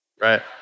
right